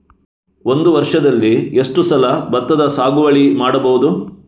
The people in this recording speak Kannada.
ಒಂದು ವರ್ಷದಲ್ಲಿ ಎಷ್ಟು ಸಲ ಭತ್ತದ ಸಾಗುವಳಿ ಮಾಡಬಹುದು?